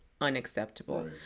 unacceptable